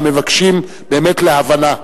המבקשים באמת הבנה.